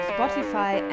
Spotify